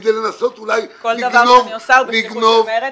כדי לנסות אולי לגנוב --- כל דבר שאני עושה הוא בשליחות של מרצ,